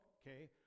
okay